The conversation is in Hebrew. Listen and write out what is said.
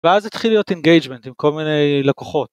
ואז התחיל להיות אינגייג'מנט עם כל מיני לקוחות.